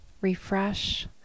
refresh